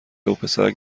وپسرک